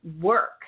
work